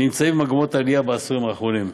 נמצאים במגמות עלייה בעשורים האחרונים,